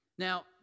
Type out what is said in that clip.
Now